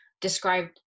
described